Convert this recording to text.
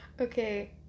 Okay